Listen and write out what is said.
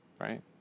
right